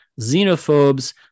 xenophobes